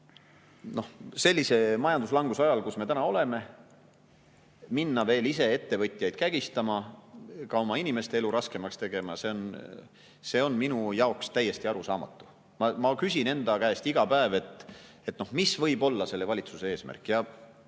Sellise majanduslanguse ajal, nagu praegu on, minna veel ise ettevõtjaid kägistama ja oma inimeste elu raskemaks tegema – see on minu jaoks täiesti arusaamatu. Ma küsin enda käest iga päev, mis võib olla selle valitsuse eesmärk.